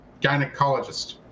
gynecologist